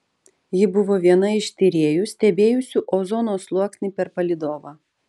ji buvo viena iš tyrėjų stebėjusių ozono sluoksnį per palydovą